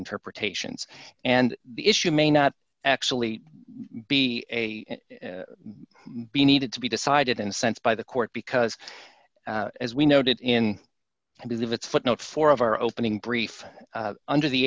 interpretations and the issue may not actually be a be needed to be decided in a sense by the court because as we noted in i believe it's footnote four of our opening brief under the